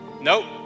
Nope